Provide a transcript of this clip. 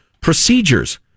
procedures